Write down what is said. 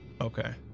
okay